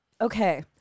okay